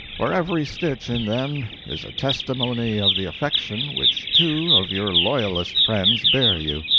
for every stitch in them is a testimony of the affection which two of your loyalest friends bear you.